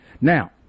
now